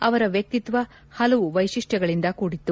ಅವರ ವ್ಯಕ್ತಿತ್ವ ಪಲವು ವೈಶಿಷ್ಟಗಳಿಂದ ಕೂಡಿತ್ತು